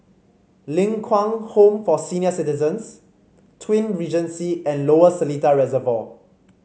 Ling Kwang Home for Senior Citizens Twin Regency and Lower Seletar Reservoir